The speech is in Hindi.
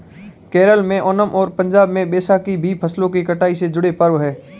केरल में ओनम और पंजाब में बैसाखी भी फसलों की कटाई से जुड़े पर्व हैं